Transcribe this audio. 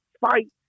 fight